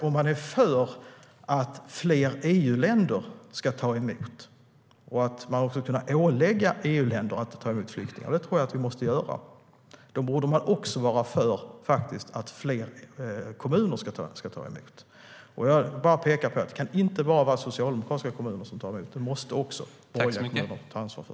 Om man är för att fler EU-länder ska ta emot och att vi ska kunna ålägga EU-länder att ta emot flyktingar, och det tror jag att vi måste göra, då borde man också vara för att fler kommuner ska ta emot flyktingar. Jag vill peka på att det inte kan vara bara socialdemokratiska kommuner som ska ta emot flyktingar, utan det måste också borgerliga kommuner ta ansvar för.